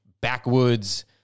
backwoods